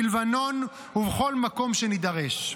בלבנון ובכל מקום שנידרש."